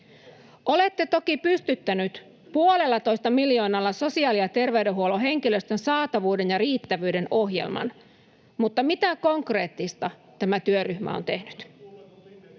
Olette toki pystyttäneet puolellatoista miljoonalla sosiaali‑ ja terveydenhuollon henkilöstön saatavuuden ja riittävyyden ohjelman, mutta mitä konkreettista tämä työryhmä on tehnyt?